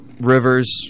Rivers